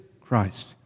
Christ